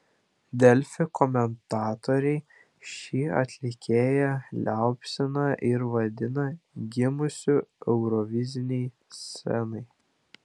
delfi komentatoriai šį atlikėją liaupsina ir vadina gimusiu eurovizinei scenai